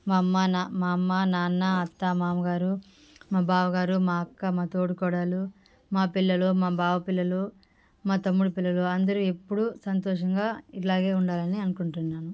మా అమ్మ నా మా అమ్మ నాన్న అత్త మామగారు మా బావగారు మా అక్క మా తోడుకోడలు మా పిల్లలు మా బావ పిల్లలు మా తమ్ముడు పిల్లలు అందరూ ఎప్పుడు సంతోషంగా ఇట్లాగే ఉండాలని అనుకుంటున్నాను